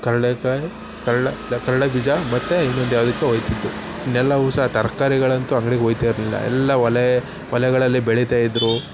ಕಳ್ಳೆಕಾಯಿ ಕಳ್ಳ ಕಳ್ಳೇ ಬೀಜ ಮತ್ತು ಇನ್ನೊಂದು ಯಾವ್ದಕ್ಕೊ ಒಯ್ತಿದ್ದು ಇನ್ನೆಲ್ಲವೂ ಸಹ ತರಕಾರಿಗಳಂತೂ ಅಂಗ್ಡಿಗೆ ಒಯ್ತ ಇರಲಿಲ್ಲ ಎಲ್ಲ ಹೊಲ ಹೊಲಗಳಲ್ಲಿ ಬೆಳೀತ ಇದ್ದರು